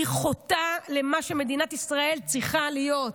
היא חוטאת למה שמדינת ישראל צריכה להיות.